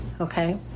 okay